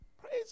Praise